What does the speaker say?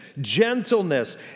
gentleness